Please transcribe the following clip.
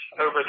over